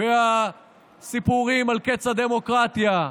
והסיפורים על קץ הדמוקרטיה,